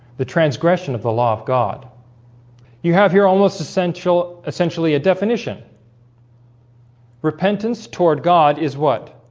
the transgression of the law of god you have here almost essential essentially a definition repentance toward god is what?